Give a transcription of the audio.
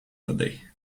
today